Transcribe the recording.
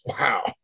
Wow